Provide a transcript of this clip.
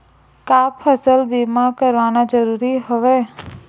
का फसल बीमा करवाना ज़रूरी हवय?